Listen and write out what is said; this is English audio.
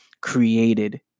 created